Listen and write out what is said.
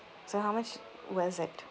so how much was it